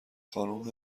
خانم